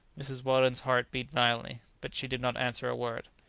mrs. weldon's heart beat violently, but she did not answer a word.